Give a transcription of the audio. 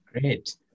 Great